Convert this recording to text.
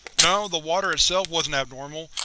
no, the water itself wasn't abnormal.